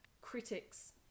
Critics